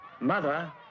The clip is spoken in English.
Mother